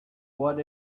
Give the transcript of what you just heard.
what